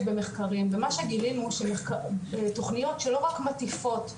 במחקרים ומה שגילינו שתוכניות שלא רק מטיפות.